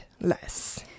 less